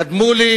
קדמו לי